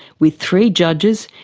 with three judges,